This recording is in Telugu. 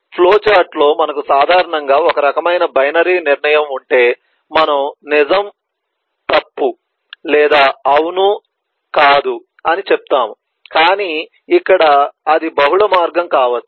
ఫ్లో చార్టులో మనకు సాధారణంగా ఒక రకమైన బైనరీ నిర్ణయం ఉంటే మనము నిజం తప్పు లేదా అవును కాదు అని చెప్తాము కానీ ఇక్కడ అది బహుళ మార్గం కావచ్చు